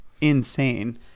insane